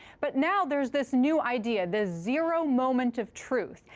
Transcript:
but now there's this new idea, the zero moment of truth.